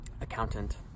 accountant